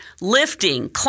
lifting